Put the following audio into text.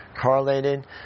correlated